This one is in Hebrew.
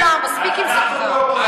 כולם כאן מעורבים עם כולם.